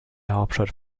hauptstadt